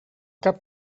cap